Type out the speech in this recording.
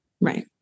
Right